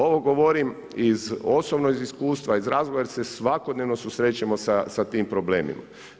Ovo govorim iz osobnog iskustva, iz razloga jer se svakodnevno susrećemo sa tim problemima.